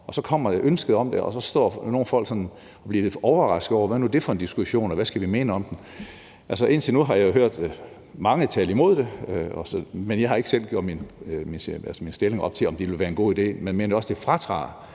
Så kommer ønsket om det, og så står nogle folk sådan og bliver lidt overrasket over, hvad nu det er for en diskussion, og hvad de skal mene om den. Altså, indtil nu har jeg hørt mange tale imod det, men jeg har ikke selv gjort min stilling op, med hensyn til om det ville være en god idé. For jeg mener også, det fratager